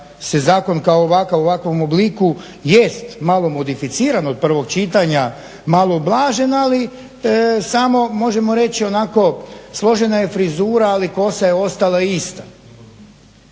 da se zakon u ovakvom obliku jest malo modificiran od prvog čitanja, malo ublažen ali samo možemo reći onako složena je frizura ali kosa je ostala ista.